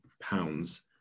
pounds